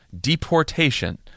deportation